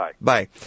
Bye